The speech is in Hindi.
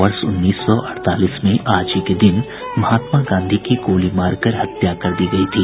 वर्ष उन्नीस सौ अड़तालीस में आज ही के दिन महात्मा गांधी की गोली मारकर हत्या कर दी गई थी